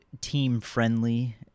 team-friendly